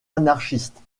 anarchistes